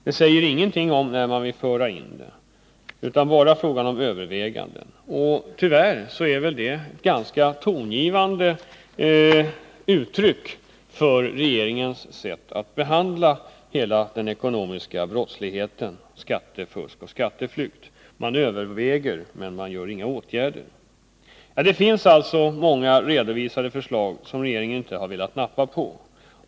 Det sägs ingenting i svaret om när man vill införa ekonomiska sanktioner mot sådana brott, utan det är bara fråga om överväganden. Tyvärr är väl detta ett ganska typiskt uttryck för regeringens sätt att behandla hela den ekonomiska brottsligheten, skattefusk och skatteflykt — man överväger, men man vidtar inga åtgärder. Det finns alltså många redovisade förslag som regeringen inte velat nappa på.